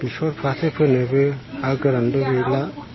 बेसर फाथो फोनोबो हा गोरानबो गैला